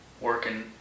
Working